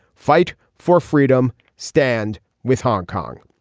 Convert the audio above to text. fight for freedom. stand with hong kong.